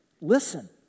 listen